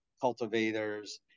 cultivators